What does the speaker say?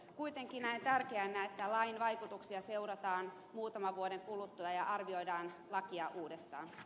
kuitenkin näen tärkeänä että lain vaikutuksia seurataan muutaman vuoden kuluttua ja arvioidaan lakia uudestaan a